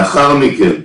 לאחר מכן,